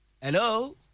Hello